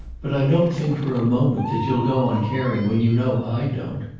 but i don't think for a moment that you'll go on caring when you know i don't.